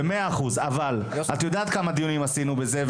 ב-100% אבל את יודעת כמה דיונים עשינו בזה,